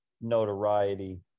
notoriety